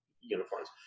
uniforms